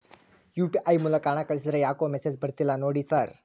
UPI ಮೂಲಕ ಹಣ ಕಳಿಸಿದ್ರ ಯಾಕೋ ಮೆಸೇಜ್ ಬರ್ತಿಲ್ಲ ನೋಡಿ ಸರ್?